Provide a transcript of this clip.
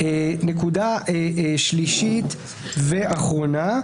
נקודה שלישית ואחרונה.